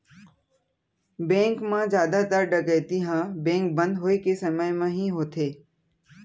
bank म जादातर डकैती ह बेंक बंद होए के समे म ही होथे